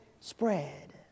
spread